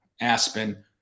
Aspen